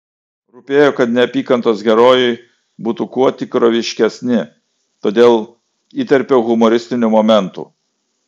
rūpėjo kad neapykantos herojai būtų kuo tikroviškesni todėl įterpiau humoristinių momentų